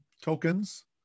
tokens